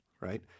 right